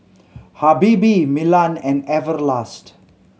Habibie Milan and Everlast